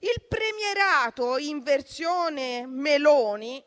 Il premierato in versione Meloni